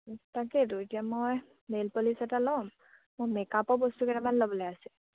তাকেইেতো এতিয়া মই নেইল পলিচ এটা ল'ম মোৰ মেকআপৰ বস্তু কেইটামান ল'বলে আছে